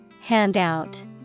Handout